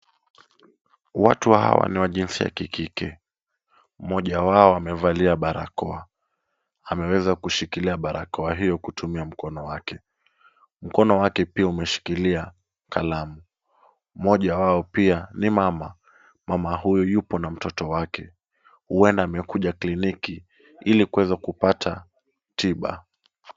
Watu hawa ni wa jinsia ya kikike moja wao amevalia barakoa ameweza kushikilia barakoa hiyo kutumia mkono wake. Mkono wake pia umeshikilia kalamu. Moja wao pia ni mama, mama huyu yupo na mtoto wake huenda amekuja kliniki ili kuweza kupata tiba.